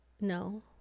No